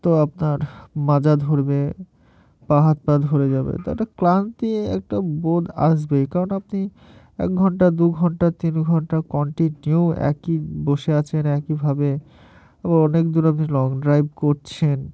তো আপনার মাজা ধরবে পা হাত পা ধরে যাবে তো একটা ক্লান্তি একটা বোধ আসবেই কারণ আপনি এক ঘন্টা দু ঘন্টা তিন ঘণ্টা কন্টিনিউ একই বসে আছেন একইভাবে আবার অনেক দূর আপনি লং ড্রাইভ করছেন